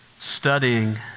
studying